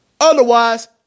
Otherwise